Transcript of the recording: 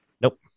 Nope